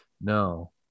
no